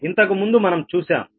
ఇంతకుముందు మనం చూసాము